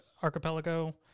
archipelago